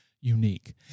unique